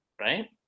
right